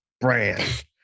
brand